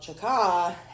Chaka